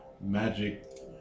magic